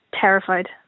Terrified